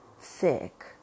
sick